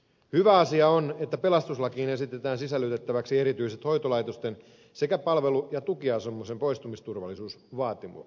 hyvä asia on että pelastuslakiin esitetään sisällytettäväksi erityiset hoitolaitosten sekä palvelu ja tukiasumisen poistumisturvallisuusvaatimukset